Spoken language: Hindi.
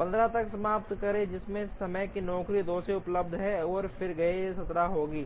15 तक समाप्त करें जिस समय तक नौकरी 2 है उपलब्ध है और फिर यह 17 होगा